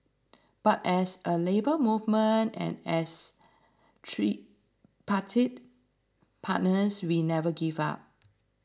but as a Labour Movement and as tripartite partners we never give up